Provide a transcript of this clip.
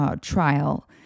trial